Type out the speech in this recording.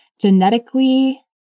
genetically